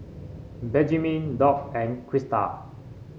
Benjamine Doc and Crysta